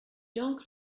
donc